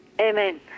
Amen